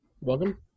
Welcome